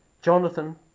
Jonathan